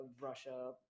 Russia